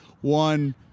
one